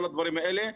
כל הדברים האלה,